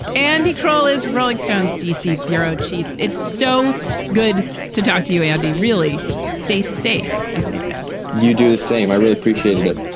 andy kroll is rolling stone's d c. bureau chief. it's so good to talk to you, andy. really stay safe, as they say you do the same. i really appreciate that